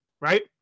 right